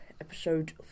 episode